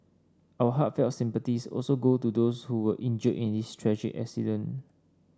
our heartfelt sympathies also go to those who were injured in this tragic accident